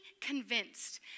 convinced